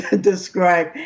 describe